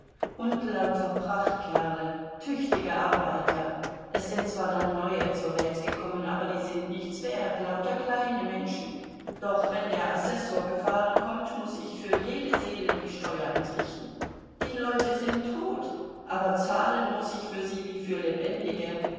und lauter prachtkerle tüchtige arbeiter es sind zwar dann neue zur welt gekommen aber die sind nichts wert lauter kleine menschen doch wenn der assessor gefahren kommt muß ich für jede seele die steuer entrichten die leute sind tot aber zahlen muß ich für sie wie für lebendige